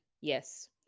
yes